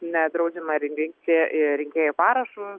na draudžiama rinkti ir rinkėjų parašus remti